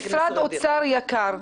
משרד האוצר יקר,